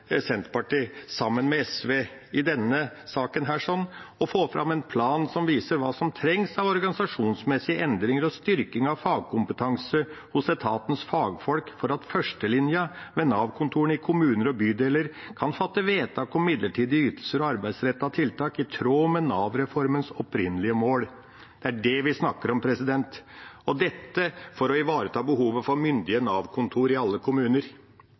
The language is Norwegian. Senterpartiet sammen med SV i denne saken å få fram en plan som viser hva som trengs av organisasjonsmessige endringer og styrking av fagkompetanse hos etatens fagfolk for at førstelinjen ved Nav-kontorene i kommuner og bydeler kan fatte vedtak om midlertidige ytelser og arbeidsrettede tiltak i tråd med Nav-reformens opprinnelige mål. Det er det vi snakker om. Dette er for å ivareta behovet for myndige Nav-kontor i alle kommuner.